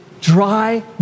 dry